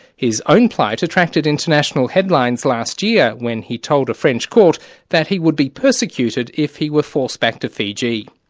his own plight attracted international headlines last year when he told a french court that he would be persecuted if he were forced back to fiji.